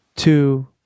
Two